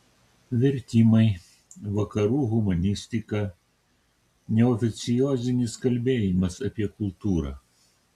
vertimai vakarų humanistika neoficiozinis kalbėjimas apie kultūrą